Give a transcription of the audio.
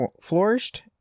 flourished